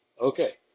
Okay